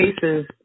cases